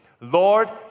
Lord